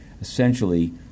essentially